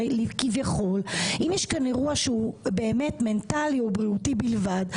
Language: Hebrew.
הרי כביכול אם יש כאן אירוע שהוא באמת מנטלי ובריאותי בלבד,